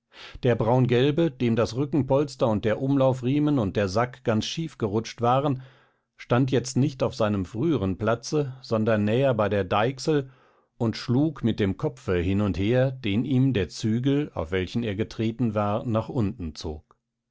der braungelbe dem das rückenpolster und der umlaufriemen und der sack ganz schief gerutscht waren stand jetzt nicht auf seinem früheren platze sondern näher bei der deichsel und schlug mit dem kopfe hin und her den ihm der zügel auf welchen er getreten war nach unten zog